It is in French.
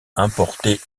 importait